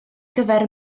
gyfer